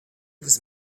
was